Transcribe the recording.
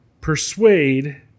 persuade